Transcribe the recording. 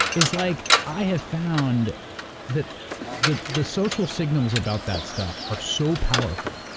is like i have found that the the social signals about that stuff are so powerful,